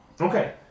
Okay